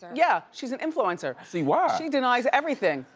yeah! she's an influencer. i see why. she denies everything.